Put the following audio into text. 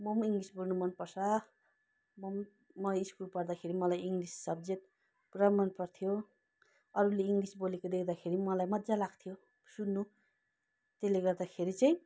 म पनि इङ्ग्लिस बोल्नु मन पर्छ म पनि म स्कुल पढदाखेरि मलाई इङ्ग्लिस सब्जेक्ट पुरा मनपर्थ्यो अरूले इङ्ग्लिस बोलेको देख्दाखेरि मलाई मज्जा लाग्थ्यो सुन्नु त्यसले गर्दाखेरि चाहिँ